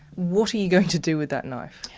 what are you going to do with that knife?